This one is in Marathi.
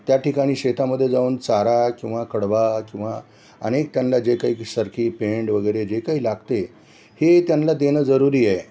त्या ठिकाणी शेतामध्ये जाऊन चारा किंवा कडवा किंवा अनेक त्यांना जे काही सरकी पेंड वगैरे जे काही लागते हे त्यांना देणं जरुरी आहे